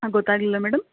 ಹಾಂ ಗೊತ್ತಾಗಲಿಲ್ಲ ಮೇಡಮ್